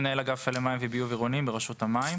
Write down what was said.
מנהל אגף מפעלי מים וביוב עירוניים ברשות המים.